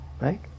Right